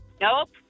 Nope